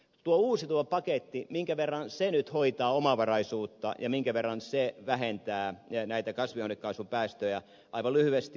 tuo uusiutuva paketti minkä verran se nyt hoitaa omavaraisuutta ja minkä verran se vähentää kasvihuonekaasupäästöjä aivan lyhyesti